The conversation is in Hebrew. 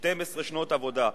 12 שנות עבודה.